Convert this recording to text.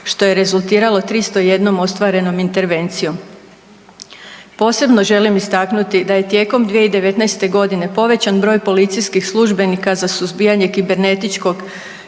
što je rezultiralo 301 ostvarenom intervencijom. Posebno želim istaknuti da je tijekom 2019.g. povećan broj policijskih službenika za suzbijanje kibernetičkog